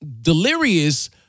Delirious